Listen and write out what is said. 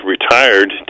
retired